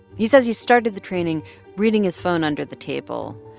he says he started the training reading his phone under the table.